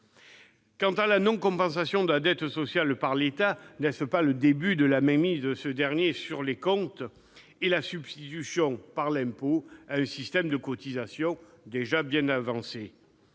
Quant à la non-compensation de la dette sociale par l'État, n'est-ce pas le début de la mainmise de ce dernier sur les comptes et la substitution définitive de l'impôt à un système de cotisations ? Il faudra